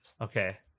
Okay